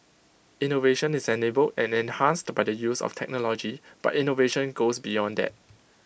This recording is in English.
innovation is enabled and enhanced by the use of technology but innovation goes beyond that